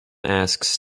asks